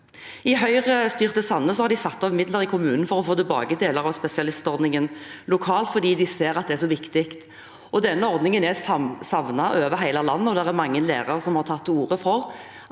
I Høyre-styrte Sandnes har man satt av midler i kommunen for å få tilbake deler av spesialistordningen lokalt fordi de ser at det så viktig. Denne ordningen er savnet over hele landet, og det er mange lærere som har tatt til orde og